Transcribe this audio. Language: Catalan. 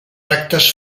actes